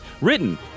Written